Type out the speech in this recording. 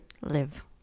live